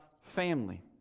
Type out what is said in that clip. family